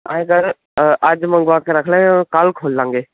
ਐਂ ਕਰ ਅੱਜ ਮੰਗਵਾ ਕੇ ਰੱਖ ਲੈ ਕੱਲ ਖੋਲਾਂਗੇ